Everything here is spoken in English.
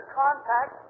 contact